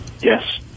Yes